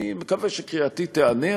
אני מקווה שקריאתי תיענה,